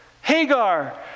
Hagar